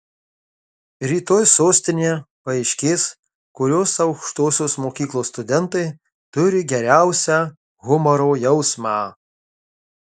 rytoj sostinėje paaiškės kurios aukštosios mokyklos studentai turi geriausią humoro jausmą